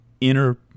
inner